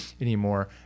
anymore